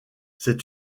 c’est